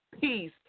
peace